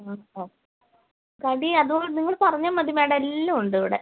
ആ ഓക്കെ കടി അതുകൊണ്ട് നിങ്ങൾ പറഞ്ഞാൽ മതി മേഡം എല്ലാം ഉണ്ട് ഇവിടെ